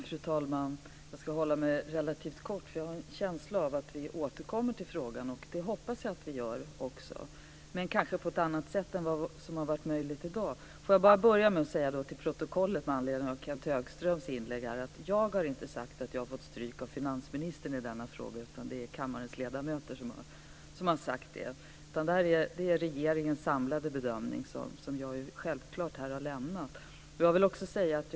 Fru talman! Jag ska hålla mig relativt kort. Jag har en känsla av att vi återkommer till frågan. Jag hoppas att vi ska göra det, men kanske på ett annat sätt än vad som har varit möjligt i dag. Med anledning av Kenth Högströms inlägg vill jag till protokollet säga att jag inte har sagt att jag har fått stryk av finansministern i denna fråga, utan det är kammarens ledamöter som har sagt det. Jag har här självklart lämnat regeringens samlade bedömning.